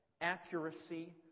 accuracy